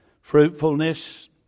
Fruitfulness